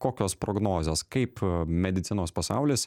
kokios prognozės kaip medicinos pasaulis